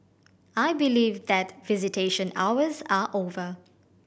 I believe that visitation hours are over